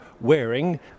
wearing